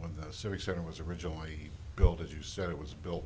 when the civic center was originally built as you said it was built